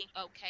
okay